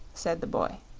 said the boy.